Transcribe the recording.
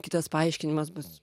kitas paaiškinimas bus